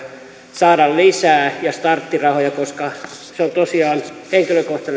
saada lisää näitä palkkatukirahoja ja starttirahoja koska se on tosiaan